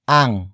ang